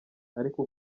ariko